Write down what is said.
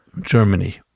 Germany